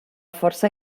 força